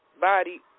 Body